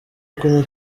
kunywa